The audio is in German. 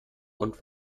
und